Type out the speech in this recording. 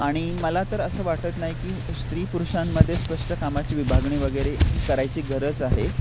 आणि मला तर असं वाटत नाही की स्त्री पुरुषांमध्ये स्पष्ट कामाची विभागणी वगैरे करायची गरज आहे